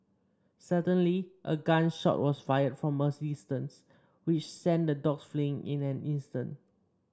suddenly a gun shot was fired from a distance which sent the dogs fleeing in an instant